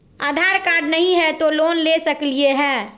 आधार card नही हय, तो लोन ले सकलिये है?